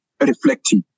reflective